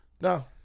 No